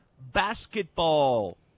basketball